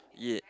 ya